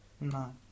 No